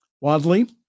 Wadley